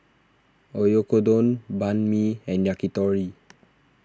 Oyakodon Banh Mi and Yakitori